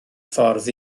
ffordd